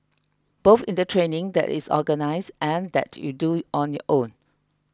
both in the training that is organised and that you do on your own